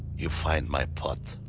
you find my pot.